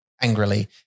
angrily